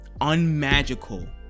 unmagical